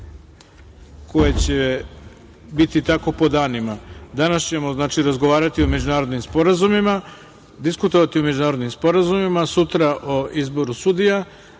koje će biti tako po danima. Danas ćemo razgovarati o međunarodnim sporazumima, diskutovati o međunarodnim sporazumima, sutra o izboru sudija,